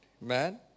man